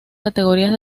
categorías